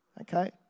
okay